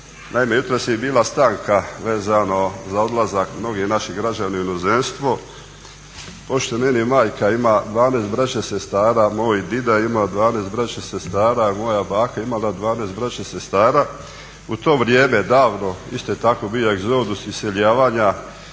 Naime, jutros je bila stanka vezano za odlazak mnogih naših građana u inozemstvo. Pošto meni majka ima 12 brače i sestara, moj dida ima 12 brače i sestara, moja je baka imala 12 brače i sestara u to vrijeme davno isto je tak bio egzodus iseljavanja